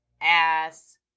ass